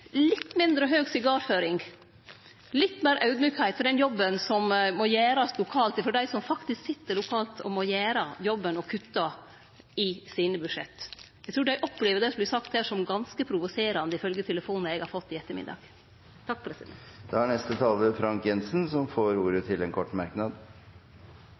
litt lågare sigarføring og litt meir audmjukskap for den jobben som må gjerast lokalt av dei som faktisk sit lokalt og må gjere jobben med å kutte i sine budsjett. Eg trur dei opplever det som vert sagt her, som ganske provoserande, ifølgje telefonar eg har fått i ettermiddag.